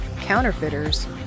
counterfeiters